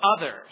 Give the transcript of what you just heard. others